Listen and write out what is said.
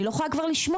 אני לא יכולה כבר לשמוע,